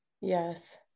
Yes